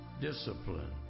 discipline